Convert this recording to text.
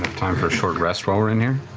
time for a short rest while we're in here?